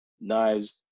knives